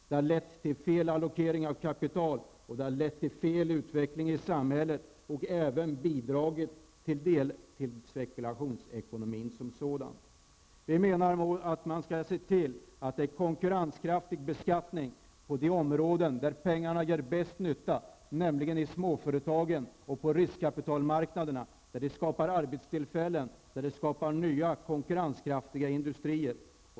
Det har lett till fel allokering av kapital, det har lett till fel utveckling i samhället och även bidragit till spekulationsekonomin som sådan. Vi menar att man skall se till att få konkurrenskraftig beskattning på de områden där pengarna gör den bästa nyttan, nämligen i småföretagen och på riskkapitalmarknaderna. Där skapar de arbetstillfällen och där skapar de nya konkurrenskraftiga industrier.